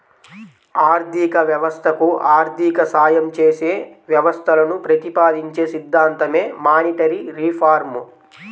ఆర్థిక వ్యవస్థకు ఆర్థిక సాయం చేసే వ్యవస్థలను ప్రతిపాదించే సిద్ధాంతమే మానిటరీ రిఫార్మ్